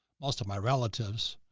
most of my relatives,